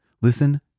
Listen